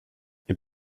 est